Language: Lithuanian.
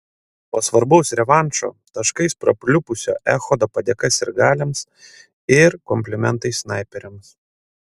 po svarbaus revanšo taškais prapliupusio echodo padėka sirgaliams ir komplimentai snaiperiams